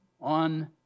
on